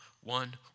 one